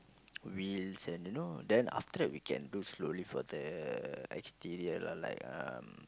wheels and you know then after that we can do slowly for the exterior lah like um